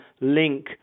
link